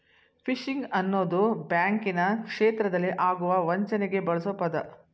fishing ಅನ್ನೋದು ಬ್ಯಾಂಕಿನ ಕ್ಷೇತ್ರದಲ್ಲಿ ಆಗುವ ವಂಚನೆಗೆ ಬಳ್ಸೊ ಪದ